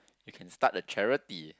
you can start a charity